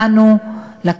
שיצאנו בו,